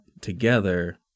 together